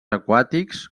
aquàtics